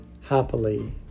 happily